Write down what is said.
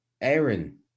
Aaron